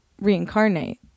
reincarnate